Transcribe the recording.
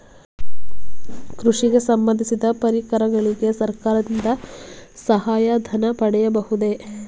ಕೃಷಿಗೆ ಸಂಬಂದಿಸಿದ ಪರಿಕರಗಳಿಗೆ ಸರ್ಕಾರದಿಂದ ಸಹಾಯ ಧನ ಪಡೆಯಬಹುದೇ?